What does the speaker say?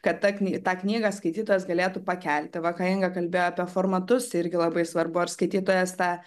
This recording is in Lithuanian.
kad ta tą knygą skaitytojas galėtų pakelti va ką inga kalbėjo apie formatus irgi labai svarbu ar skaitytojas tą